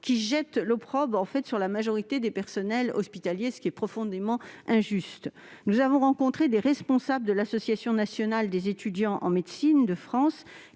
qui jette l'opprobre sur l'ensemble des personnels hospitaliers, ce qui est profondément injuste. Nous avons rencontré des responsables de l'Association nationale des étudiants en médecine de France